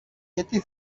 γιατί